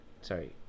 Sorry